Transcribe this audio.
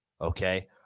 Okay